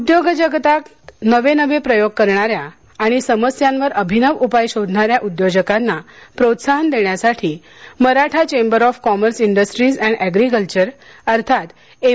उद्योगजगतात नवनवे प्रयोग करणाऱ्या आणि समस्यांवर अभिनव उपाय शोधणाऱ्या उद्योजकांना प्रोत्साहन देण्यासाठी Maratha chamber of commerce industries and agriculture अर्थात एम